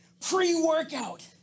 pre-workout